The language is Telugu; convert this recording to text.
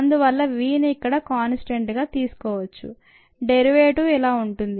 అందువల్ల Vని ఇక్కడ కాన్స్టాంట్ గా తీసుకోవచ్చు డెరివేటివ్ ఇలా ఉంటుంది